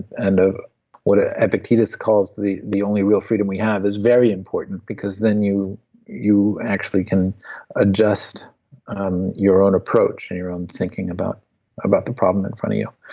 and ah what ah epictetus calls the the only real freedom we have is very important because then you you actually can adjust um your own approach and your own thinking about about the problem in front of you.